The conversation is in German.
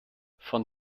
von